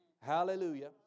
Hallelujah